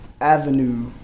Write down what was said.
avenue